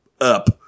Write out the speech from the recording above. up